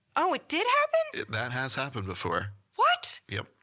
oh it did happen! that has happened before. what? yep.